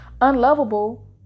unlovable